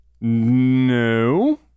No